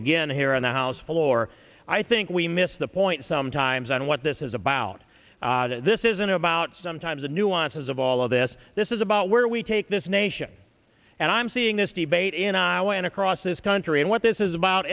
again here on the house floor i think we miss the point sometimes on what this is about this isn't about sometimes the nuances of all of this this is about where we take this nation and i'm seeing this debate in iowa and across this country and what this is about